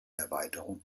erweiterung